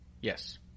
Yes